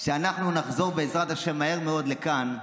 כשאנחנו נחזור, בעזרת השם, מהר מאוד לכאן,